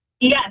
Yes